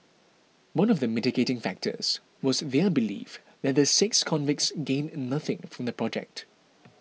one of the mitigating factors was their belief that the six convicts gained nothing from the project